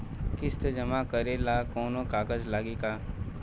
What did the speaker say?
किस्त जमा करे ला कौनो कागज लागी का?